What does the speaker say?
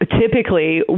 typically